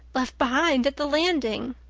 left behind at the landing!